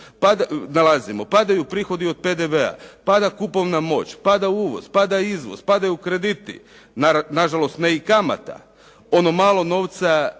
Padaju prihodi od PDV-a, pada kupovna moć, pada uvoz, pada izvoz, padaju krediti, nažalost ne i kamata. Ono malo novca